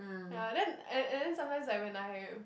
ya then and and then sometimes like when I